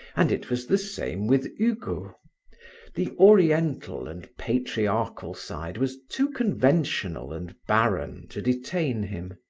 and it was the same with hugo the oriental and patriarchal side was too conventional and barren to detain him.